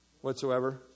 whatsoever